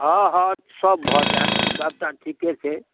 हँ हँ सभ भऽ जायत सभटा ठीके छै